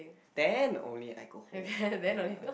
then only I go home